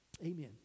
Amen